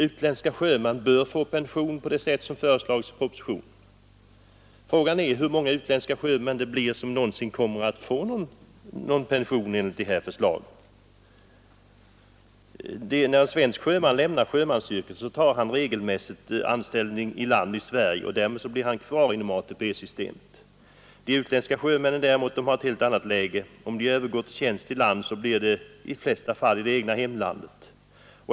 Utländska sjömän bör få pension på det sätt som föreslagits i propositionen. Frågan är hur många utländska sjömän som någonsin kommer att få pension enligt förslaget. När en svensk sjöman lämnar sjömansyrket, tar han regelmässigt anställning i land här i Sverige, och därmed blir han kvar inom ATP-systemet. De utländska sjömännen däremot har ett helt annat läge. Om de övergår till tjänst i land blir det i de flesta fall i det egna hemlandet.